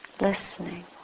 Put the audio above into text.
listening